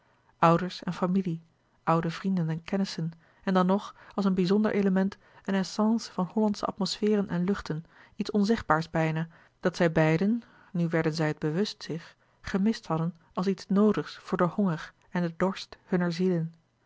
ouders en familie oude vrienden en kennissen en dan nog als een bizonder element een essence van hollandsche atmosferen en luchten iets onzegbaars bijna dat zij beiden nu werden zij het bewust zich gemist hadden als iets noodigs voor den honger en den dorst